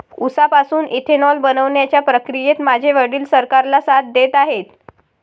उसापासून इथेनॉल बनवण्याच्या प्रक्रियेत माझे वडील सरकारला साथ देत आहेत